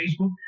Facebook